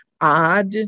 odd